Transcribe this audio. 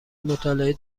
مطالعه